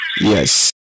Yes